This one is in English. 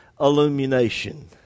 illumination